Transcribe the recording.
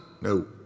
No